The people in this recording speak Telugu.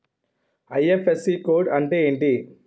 ఐ.ఫ్.ఎస్.సి కోడ్ అంటే ఏంటి?